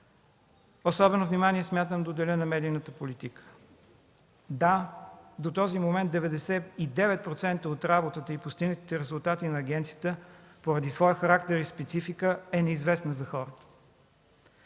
Особено внимание смятам да отделя на медийната политика. Да, до този момент 99% от работата и постигнатите резултати на агенцията, поради нейния характер и специфика, са неизвестни за хората.